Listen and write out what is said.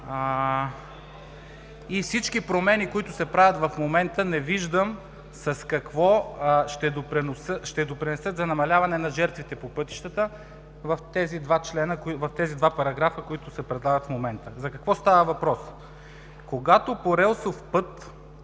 Всички промени, които се правят в момента, не виждам с какво ще допринесат за намаляване на жертвите по пътищата в двата параграфа, които се предлагат в момента. За какво става въпрос? Колеги, слушайте